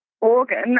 organ